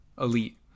elite